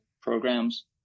programs